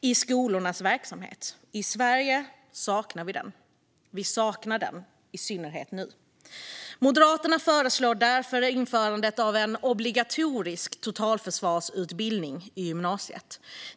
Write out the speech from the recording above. i skolornas verksamhet, men i Sverige saknar vi den - och vi saknar den i synnerhet nu. Moderaterna föreslår därför införandet av en obligatorisk totalförsvarsutbildning i gymnasiet.